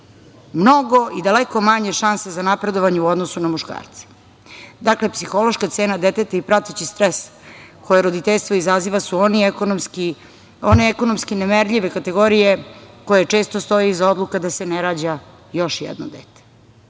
mnogo i daleko manje šanse za napredovanje u odnosu na muškarce. Dakle, psihološka cena deteta i prateći stres koje roditeljstvo izaziva su one ekonomski nemerljive kategorije koje često stoje iza odluka da se ne rađa još jedno dete.